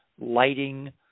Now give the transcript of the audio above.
lighting